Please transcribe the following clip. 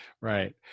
Right